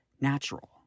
natural